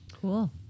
Cool